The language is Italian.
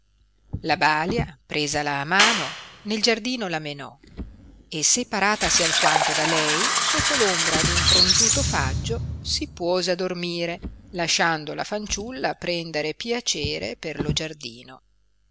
la balia presala a mano nel giardino la menò e separatasi alquanto da lei sotto l ombra d un fronzuto faggio si puose a dormire lasciando la fanciulla prendere piacere per lo giardino